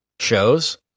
shows